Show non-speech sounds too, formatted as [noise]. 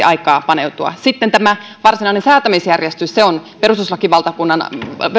[unintelligible] aikaa paneutua sitten tämä varsinainen säätämisjärjestys on perustuslakivaliokunnan